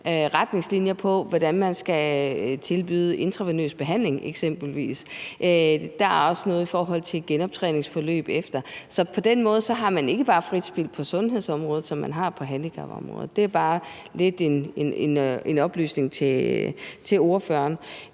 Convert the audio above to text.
retningslinjer for, hvordan man skal tilbyde eksempelvis intravenøs behandling. Der er også noget i forhold til genoptræningsforløb bagefter. Så på den måde har man ikke bare frit spil på sundhedsområdet, sådan som man har det på handicapområdet. Det er bare en oplysning til ordføreren.